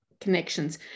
connections